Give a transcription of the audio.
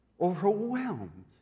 overwhelmed